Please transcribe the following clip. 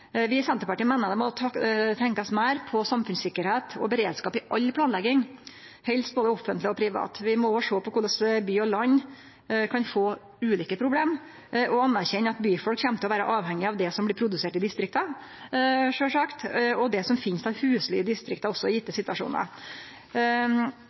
Vi i Senterpartiet meiner det må tenkjast meir på samfunnssikkerheit og beredskap i all planlegging, helst både offentleg og privat. Vi må òg sjå på korleis by og land kan få ulike problem, og anerkjenne at byfolk kjem til å vere avhengige av det som blir produsert i distrikta, sjølvsagt, og det som finst av husly i distrikta også i